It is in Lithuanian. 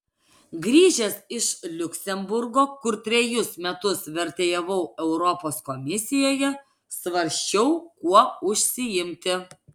grįžęs iš liuksemburgo kur trejus metus vertėjavau europos komisijoje svarsčiau kuo užsiimti